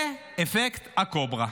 זה אפקט הקוברה.